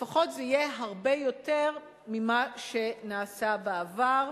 לפחות זה יהיה הרבה יותר ממה שנעשה בעבר.